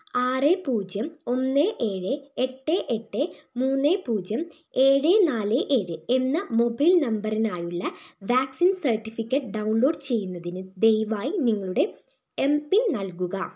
ആറ് പൂജ്യം ഒന്ന് ഏഴ് എട്ട് എട്ട് മൂന്ന് പൂജ്യം ഏഴ് നാല് ഏഴ് എന്ന മൊബൈൽ നമ്പറിനായുള്ള വാക്സിൻ സർട്ടിഫിക്കറ്റ് ഡൗൺലോഡ് ചെയ്യുന്നതിന് ദയവായി നിങ്ങളുടെ എം പിൻ നൽകുക